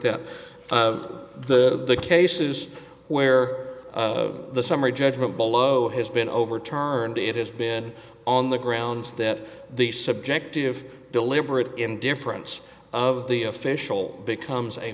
up the cases where the summary judgment below has been overturned it has been on the grounds that the subjective deliberate indifference of the official becomes a